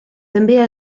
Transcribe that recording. també